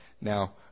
Now